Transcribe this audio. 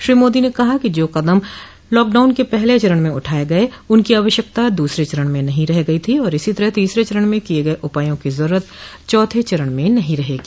श्री मोदी ने कहा है कि जो कदम लॉकडाउन के पहले चरण में उठाए गये उनकी आवश्यकता दूसरे चरण में नहीं रह गई थी और इसी तरह तीसरे चरण में किये गये उपायों की जरूरत चौथे चरण में नहीं रहेगी